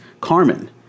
Carmen